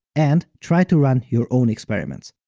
and try to run your own experiments!